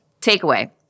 Takeaway